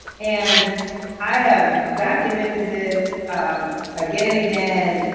and i have documented this again and again.